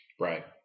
Right